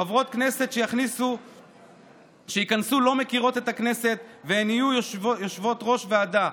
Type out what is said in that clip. חברות כנסת שייכנסו לא מכירות את הכנסת והן יהיו יושבות-ראש ועדה.